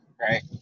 right